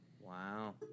Wow